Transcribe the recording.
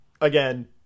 again